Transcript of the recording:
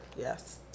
Yes